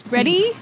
ready